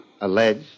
Alleged